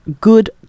good